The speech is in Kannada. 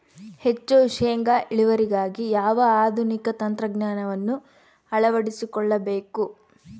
ಹೆಚ್ಚು ಶೇಂಗಾ ಇಳುವರಿಗಾಗಿ ಯಾವ ಆಧುನಿಕ ತಂತ್ರಜ್ಞಾನವನ್ನು ಅಳವಡಿಸಿಕೊಳ್ಳಬೇಕು?